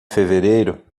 fevereiro